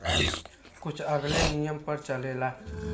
कुछ अलगे नियम पर चलेला